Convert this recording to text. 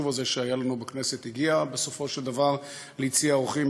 הזה שהיה לנו בכנסת הגיע בסופו של דבר ליציע האורחים,